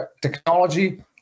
technology